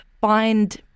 find